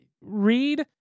read